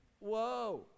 whoa